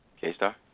K-Star